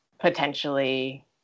potentially